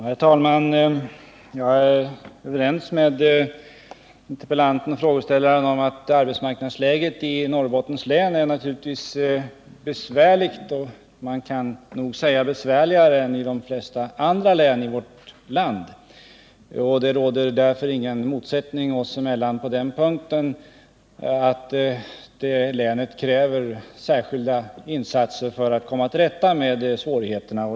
Herr talman! Jag är överens med interpellanten och frågeställaren om att arbetsmarknadsläget i Norrbottens län är besvärligt. Man kan nog säga att det är besvärligare än ide flesta andra län i vårt land. Det finns ingen motsättning oss emellan på den punkten. Länet kräver särskilda insatser för att vi skall komma till rätta med svårigheterna.